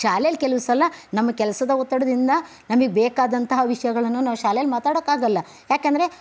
ಶಾಲೆಯಲ್ಲಿ ಕೆಲವು ಸಲ ನಮ್ಮ ಕೆಲಸದ ಒತ್ತಡದಿಂದ ನಮಗೆ ಬೇಕಾದಂತಹ ವಿಷಯಗಳನ್ನು ನಾವು ಶಾಲೆಯಲ್ಲಿ ಮಾತಾಡೋಕ್ಕಾಗಲ್ಲ ಏಕೆಂದರೆ